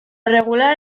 regular